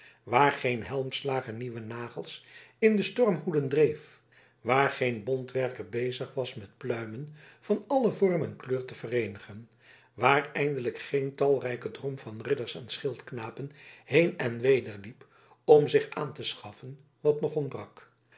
waar geen helmslager nieuwe nagels in de stormhoeden dreef waar geen bontwerker bezig was met pluimen van allen vorm en kleur te vereenigen waar eindelijk geen talrijke drom van ridders en schildknapen heen en weder liep om zich aan te schaffen wat nog ontbrak